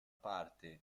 parte